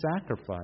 sacrifice